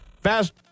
fast